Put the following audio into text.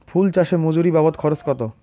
ফুল চাষে মজুরি বাবদ খরচ কত?